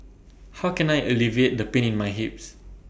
how can I alleviate the pain in my hips